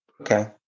okay